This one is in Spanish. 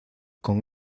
con